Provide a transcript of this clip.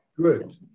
Good